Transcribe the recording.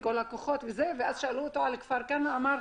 כל הכוחות ואז שאלו אותו על כפר כנא והוא אמר,